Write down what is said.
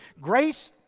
Grace